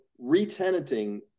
retenanting